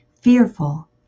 fearful